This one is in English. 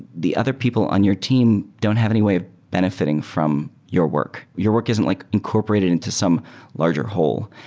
the other people on your team don't have any way of benefiting from your work. your work isn't like incorporated into some larger hole.